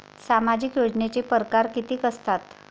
सामाजिक योजनेचे परकार कितीक असतात?